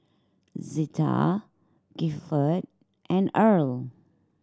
Zetta Gilford and Earle